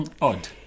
odd